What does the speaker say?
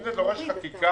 אם זה דורש חקיקה,